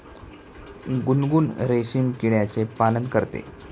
गुनगुन रेशीम किड्याचे पालन करते